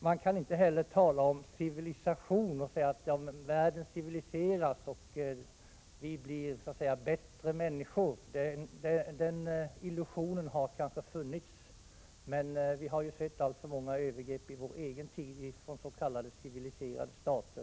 Man kan inte heller tala om civilisationen och säga att vi allteftersom världen civiliseras blir bättre människor. Den illusionen har kanske funnits, men vi har sett alltför många övergrepp i vår egen tid från s.k. civiliserade stater.